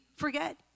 forget